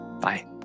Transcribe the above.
Bye